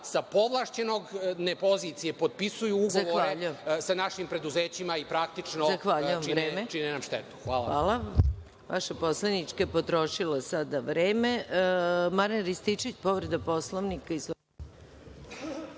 sa povlašćenog, nepozicije, potpisuju ugovor sa našim preduzećima i praktično čine nam štetu. **Maja